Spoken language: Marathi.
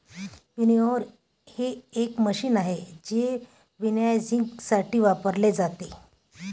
विनओव्हर हे एक मशीन आहे जे विनॉयइंगसाठी वापरले जाते